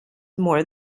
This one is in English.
more